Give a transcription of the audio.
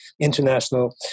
International